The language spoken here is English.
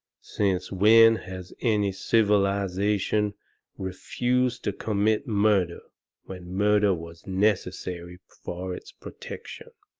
since when has any civilization refused to commit murder when murder was necessary for its protection?